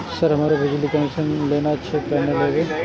Sir हमरो बिजली connection लेना छे केना लेबे?